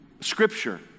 scripture